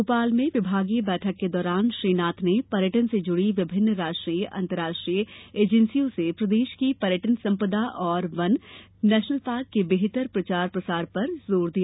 भोपाल में विभागीय बैठक के दौरान श्री नाथ ने पर्यटन से जुडी विभिन्न राष्ट्रीय अंतर्राष्ट्रीय एजेन्सियो से प्रदेश कीं पर्यटन संपदा और वन नेशनल पार्क के बेहतर प्रचार प्रसार पर जोर दिया